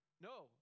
no